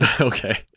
Okay